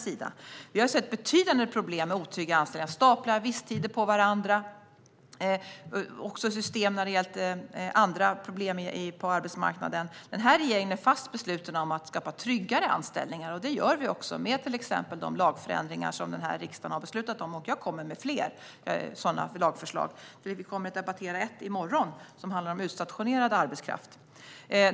Vi har sett betydande problem med otrygga anställningar, till exempel att man staplar visstider på varandra, och även med andra system på arbetsmarknaden. Den här regeringen är fast besluten att skapa tryggare anställningar. Det gör vi också med till exempel de lagändringar som den här riksdagen har beslutat om, och jag kommer med fler sådana lagförslag. Vi kommer att debattera ett i morgon som handlar om utstationerad arbetskraft.